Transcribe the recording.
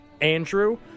Andrew